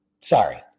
Sorry